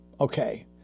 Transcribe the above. okay